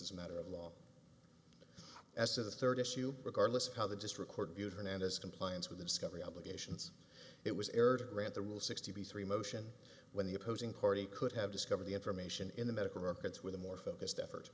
as a matter of law as to the third issue regardless of how the just record viewed hernandez compliance with the discovery obligations it was aired a grant the rule sixty three motion when the opposing party could have discovered the information in the medical records with a more focused effort